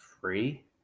free